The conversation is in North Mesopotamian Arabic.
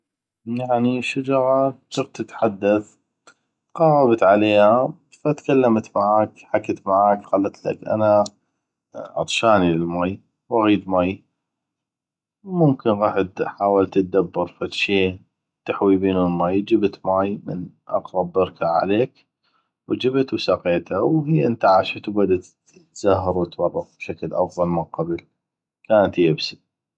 يعني شجغة تطيق تتحدث تقغبت عليها فتكلمت معاك حكت معاك قلتلك انا عطشاني للمي واغيد مي ممكن غحت حاولت تدبر فدشي تحوي بينو المي جبت مي من اقغب بركه عليك وجبت وسقيته وهيه انتعشت وبدت تزهر وتورق بشكل افضل من قبل كانت ييبسي